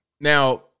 Now